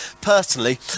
personally